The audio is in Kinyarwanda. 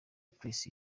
press